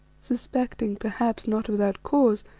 suspecting, perhaps not without cause,